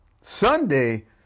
Sunday